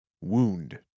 Wound